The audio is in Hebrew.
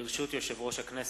ברשות יושב-ראש הכנסת,